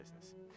business